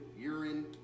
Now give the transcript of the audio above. urine